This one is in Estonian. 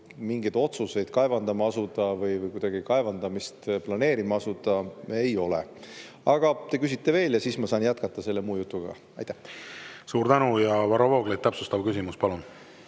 mingeid otsuseid kaevandama asuda või kuidagi kaevandamist planeerima asuda ei ole. Aga te küsite veel ja siis ma saan jätkata selle muu jutuga. Suur tänu! Varro Vooglaid, täpsustav küsimus, palun!